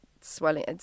swelling